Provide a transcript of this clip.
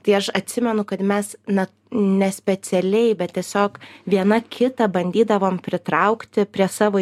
tai aš atsimenu kad mes na ne specialiai bet tiesiog viena kitą bandydavom pritraukti prie savo